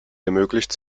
ermöglicht